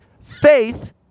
faith